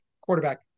quarterback